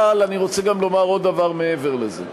אבל אני רוצה גם לומר עוד דבר מעבר לזה: